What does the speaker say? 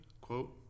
quote